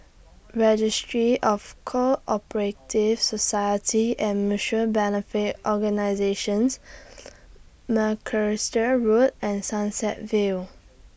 Registry of Co Operative Societies and Mutual Benefit Organisations Macalister Road and Sunset View